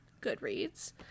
Goodreads